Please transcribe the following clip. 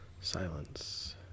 Silence